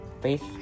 face